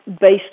based